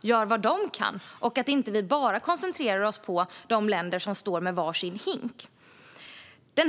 gör vad de kan och inte koncentrera oss på de länder som står med var sin hink.